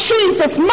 Jesus